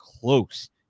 close